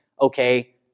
okay